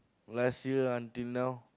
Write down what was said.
last year until now